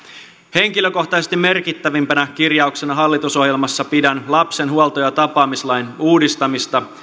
henkilökohtaisesti merkittävimpänä kirjauksena hallitusohjelmassa pidän lapsen huolto ja ja tapaamislain uudistamista